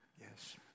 Yes